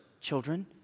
Children